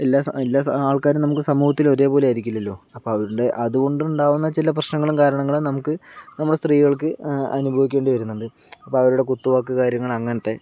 എല്ലാ സ എല്ലാ ആൾക്കാരും നമുക്ക് സമൂഹത്തിൽ ഒരേപോലെ ആയിരിക്കില്ലല്ലോ അപ്പോൾ അവരുടെ അതുകൊണ്ടുണ്ടാകുന്ന ചില പ്രശ്നങ്ങളും കാരണങ്ങളും നമുക്ക് നമ്മുടെ സ്ത്രീകൾക്ക് അനുഭവിക്കേണ്ടി വരുന്നുണ്ട് അപ്പോൾ അവരുടെ കുത്തുവാക്ക് കാര്യങ്ങൾ അങ്ങനത്തെ